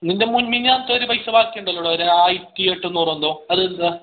നിൻ്റെ മുഞ്ഞിഞ്ഞാത്ത ഒരു പൈസ ബാക്കിയുണ്ടല്ലോടാ ഒരു ആയിരത്തി എട്ട്ന്നൂറെന്തോ അത് എന്താണ്